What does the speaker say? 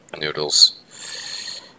Noodles